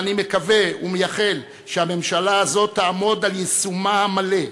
ואני מקווה ומייחל שהממשלה הזאת תעמוד על יישומה המלא,